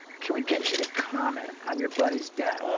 can we get you to comment? i'm your buddies debt